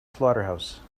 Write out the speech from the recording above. slaughterhouse